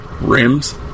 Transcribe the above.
rims